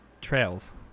Trails